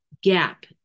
gap